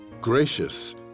gracious